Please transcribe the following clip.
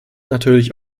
natürlich